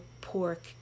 pork